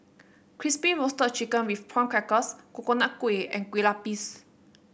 Crispy Roasted Chicken with Prawn Crackers Coconut Kuih and Kueh Lupis